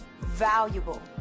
Valuable